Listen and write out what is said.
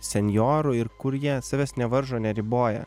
senjorų ir kur jie savęs nevaržo neriboja